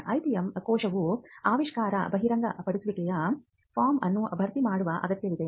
IPM ಕೋಶವು ಆವಿಷ್ಕಾರ ಬಹಿರಂಗಪಡಿಸುವಿಕೆಯ ಫಾರ್ಮ್ ಅನ್ನು ಭರ್ತಿ ಮಾಡುವ ಅಗತ್ಯವಿದೆ